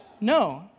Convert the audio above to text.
No